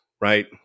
right